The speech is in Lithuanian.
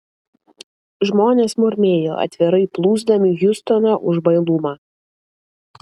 žmonės murmėjo atvirai plūsdami hiustoną už bailumą